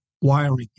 wiring